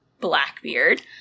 Blackbeard